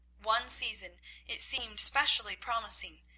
one season it seemed specially promising,